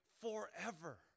forever